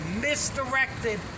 misdirected